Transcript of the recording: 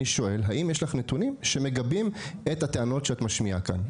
אני שואל האם יש לך נתונים שמגבים את הטענות שאת משמיעה כאן.